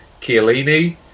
Chiellini